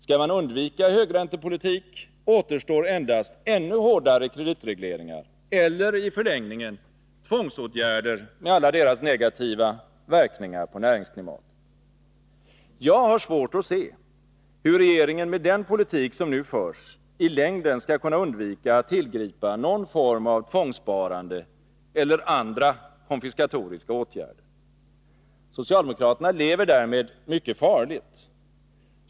Skall man undvika högräntepolitik, återstår endast ännu hårdare kreditregleringar eller — i förlängningen — tvångsåtgärder med alla deras negativa verkningar på näringsklimatet. Jag har svårt att se hur regeringen med den politik som nu förs i längden skall kunna undvika att tillgripa någon form av tvångssparande eller andra konfiskatoriska åtgärder. Socialdemokraterna lever därmed mycket farligt.